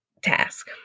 task